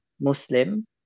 Muslim